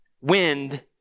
wind